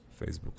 Facebook